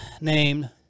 named